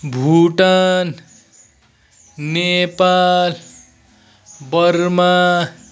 Bhutan Nepal Burma